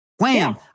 Wham